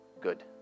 Good